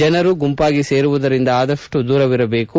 ಜನರು ಗುಂಪಾಗಿ ಸೇರುವುದರಿಂದ ಆದಷ್ಟು ದೂರವಿರಬೇಕು